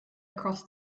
across